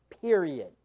period